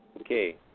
Okay